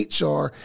HR